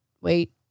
wait